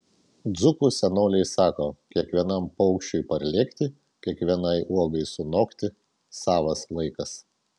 dzūkų senoliai sako kiekvienam paukščiui parlėkti kiekvienai uogai sunokti savas laikas